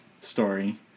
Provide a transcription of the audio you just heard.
story